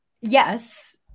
yes